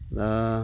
दा